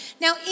now